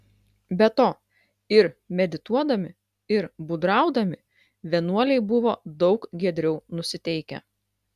be to ir medituodami ir būdraudami vienuoliai buvo daug giedriau nusiteikę